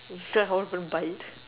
then I'm not gonna buy it